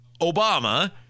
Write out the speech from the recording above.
Obama